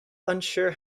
unsure